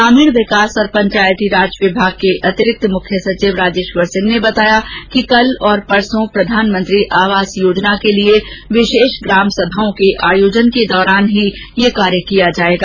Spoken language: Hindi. ग्रामीण विकास और पंचायती राज विभाग के अतिरिक्त मुख्य सचिव राजेश्वर सिंह ने बताया कि कल और परसों प्रधानमंत्री आवास योजना के लिए विशेष ग्राम सभाओं के आयोजन के दौरान ही ये कार्य किया जाएगा